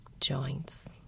joints